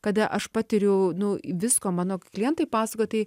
kada aš patiriu nu visko mano klientai pasakojo tai